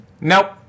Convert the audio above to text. Nope